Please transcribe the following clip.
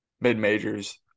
mid-majors